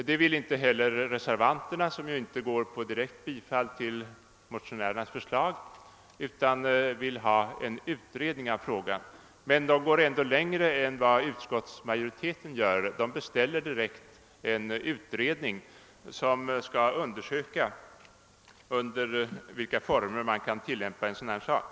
Det vill inte heller reservanterna som endast begär en utredning av frågan. Reservanterna går emellertid längre än utskottsmajoriteten; reservanterna vill att riksdagen direkt skall beställa en utredning som skall undersöka under vilka former man kan tillämpa en sådan här bestämmelse.